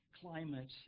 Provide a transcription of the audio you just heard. climate